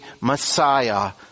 Messiah